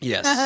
Yes